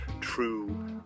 true